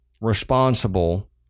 responsible